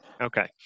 Okay